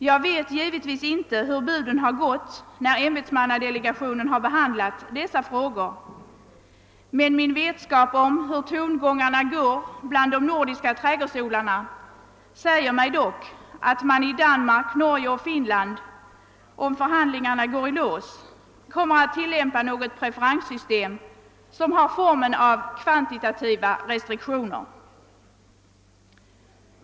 Jag vet givetvis inte vilka buden har varit när ämbetsmannadelegationen har behandlat dessa frågor, men min vetskap om tongångarna bland nordiska trädgårdsodlare säger mig att man i Danmark, Norge och Finland, om förhandlingarna går i lås, kommer att tillämpa något preferenssystem som har formen av kvantitativa restriktioner.